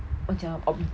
macam ob~